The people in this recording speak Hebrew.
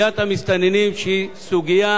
שהיא בעיה